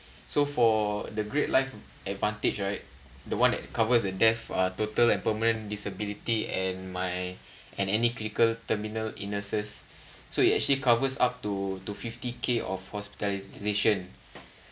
so for the great life advantage right the one that covers the death uh total and permanent disability and my and any critical terminal illnesses so it actually covers up to to fifty K of hospitalisation